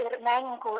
ir menininkų